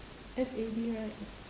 F A D right